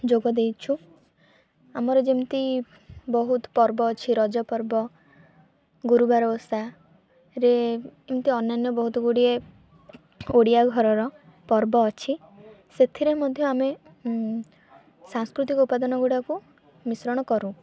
ଯୋଗ ଦେଇଛୁ ଆମର ଯେମତି ବହୁତ ପର୍ବ ଅଛି ରଜପର୍ବ ଗୁରୁବାର ଓଷାରେ ଏମିତି ଅନ୍ୟାନ୍ୟ ବହୁତ ଗୁଡ଼ିଏ ଓଡ଼ିଆ ଘରର ପର୍ବ ଅଛି ସେଥିରେ ମଧ୍ୟ ଆମେ ସାଂସ୍କୃତିକ ଉପାଦାନ ଗୁଡ଼ାକୁ ମିଶ୍ରଣ କରୁ